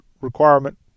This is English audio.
Requirement